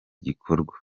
gikorwa